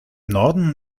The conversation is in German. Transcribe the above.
norden